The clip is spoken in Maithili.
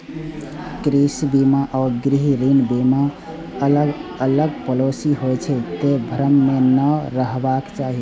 गृह बीमा आ गृह ऋण बीमा अलग अलग पॉलिसी होइ छै, तें भ्रम मे नै रहबाक चाही